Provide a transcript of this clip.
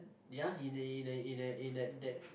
ya in that in that in that in that that